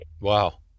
Wow